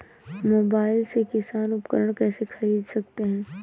Mobile से किसान उपकरण कैसे ख़रीद सकते है?